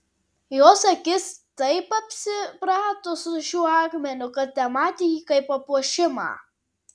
jos akis taip apsiprato su šiuo akmeniu kad tematė jį kaip papuošimą